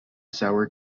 sour